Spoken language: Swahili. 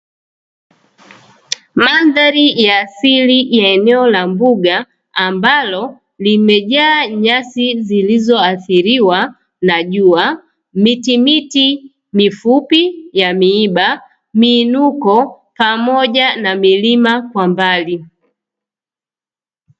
Mandhari ya asili ya eneo la mbuga, ambalo limejaa nyasi zilizoathiriwa na jua, mitimiti mifupi ya miiba, miinuko, pamoja na milima kwa mbali.